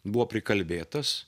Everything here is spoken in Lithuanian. buvo prikalbėtas